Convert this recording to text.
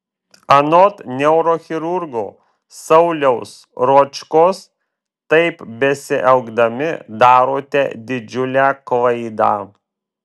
anot neurochirurgo sauliaus ročkos taip besielgdami darote didžiulę klaidą